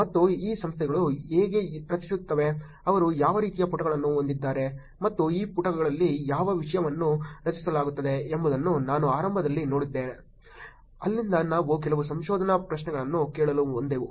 ಮತ್ತು ಈ ಸಂಸ್ಥೆಗಳು ಹೇಗೆ ರಚಿಸುತ್ತವೆ ಅವರು ಯಾವ ರೀತಿಯ ಪುಟಗಳನ್ನು ಹೊಂದಿದ್ದಾರೆ ಮತ್ತು ಈ ಪುಟಗಳಲ್ಲಿ ಯಾವ ವಿಷಯವನ್ನು ರಚಿಸಲಾಗುತ್ತಿದೆ ಎಂಬುದನ್ನು ನಾವು ಆರಂಭದಲ್ಲಿ ನೋಡಿದ್ದೇವೆ ಅಲ್ಲಿಂದ ನಾವು ಕೆಲವು ಸಂಶೋಧನಾ ಪ್ರಶ್ನೆಗಳನ್ನು ಕೇಳಲು ಹೋದೆವು